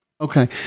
Okay